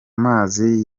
mazi